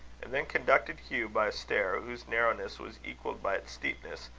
and then conducted hugh, by a stair whose narrowness was equalled by its steepness,